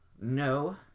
No